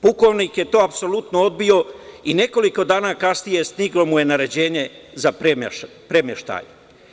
Pukovnik je to apsolutno odbio i nekoliko dana kasnije stiglo mu je naređenje za premeštaj.